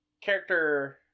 character